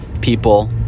people